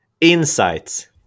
Insights